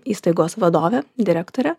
įstaigos vadove direktore